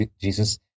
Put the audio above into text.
Jesus